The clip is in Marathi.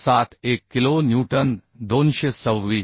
71 किलो न्यूटन 226